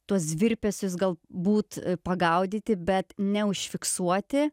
tuos virpesius galbūt pagaudyti bet neužfiksuoti